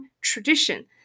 tradition